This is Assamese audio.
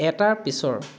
এটাৰ পিছৰ